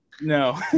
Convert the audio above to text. No